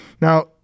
Now